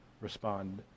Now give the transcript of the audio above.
respond